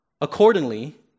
Accordingly